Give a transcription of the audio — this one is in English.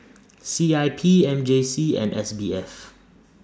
C I P M J C and S B F